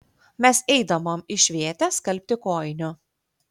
mes eidavom į švėtę skalbti kojinių